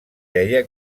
deia